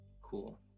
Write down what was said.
Cool